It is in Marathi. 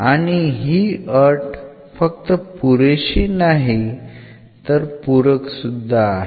आणि ही अट फक्त पुरेशी नाही तर पूरक सुद्धा आहे